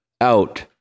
out